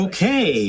Okay